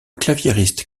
claviériste